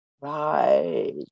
right